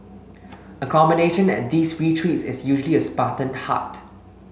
accommodation at these retreats is usually a spartan hut